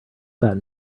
that